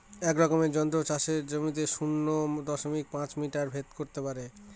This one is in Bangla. এক রকমের যন্ত্র চাষের জমির শূন্য দশমিক পাঁচ মিটার ভেদ করত পারে